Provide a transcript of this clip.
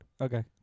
Okay